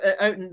out